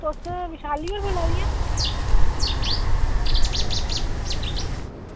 तुस वैशाली होर बोल्ला दियां